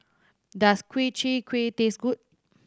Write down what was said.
does Ku Chai Kuih taste good